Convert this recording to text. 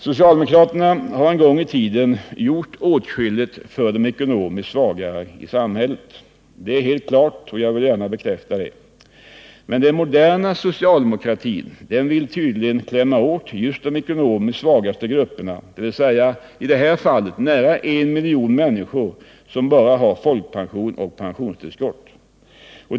Socialdemokraterna har en gång i tiden gjort åtskilligt för de ekonomiskt svagare i samhället. Det är helt klart, och jag vill gärna bekräfta det. Men den moderna socialdemokratin vill tydligen klämma åt just de ekonomiskt svagaste grupperna, dvs. i det här fallet närmare en miljon människor som bara har folkpension och pensionstillskott.